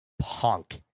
punk